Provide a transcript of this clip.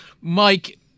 Mike